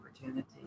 opportunity